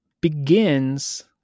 begins